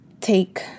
take